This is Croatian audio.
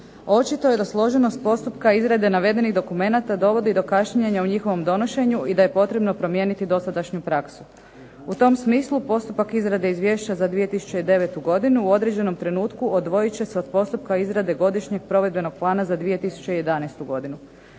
Očito je da složenost postupka izrade navedenih dokumenata dovodi do kašnjenja u njihovom donošenju i da je potrebno promijeniti dosadašnju praksu. U tom smislu postupak izrade izvješća za 2009. godinu u određenom trenutku odvojit će se od postupka izrade godišnjeg provedbenog plana za 2011. godinu.